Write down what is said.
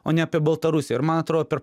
o ne apie baltarusiją ir man atro per